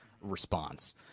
response